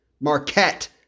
Marquette